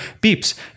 beeps